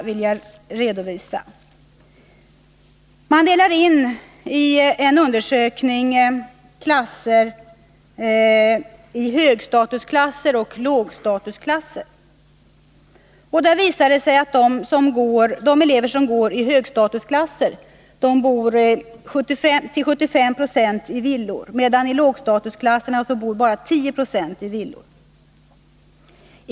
I en undersökning delar man in klasser i högstatusklasser och lågstatusklasser. Det visar sig då att de elever som går i högstatusklasser till 75 96 bor i villor, medan elever i lågstatusklasser bara till 10 96 bor i villor.